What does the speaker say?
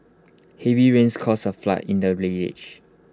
heavy rains caused A flood in the village